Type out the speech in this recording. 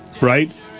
right